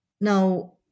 now